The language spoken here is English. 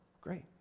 great